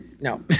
No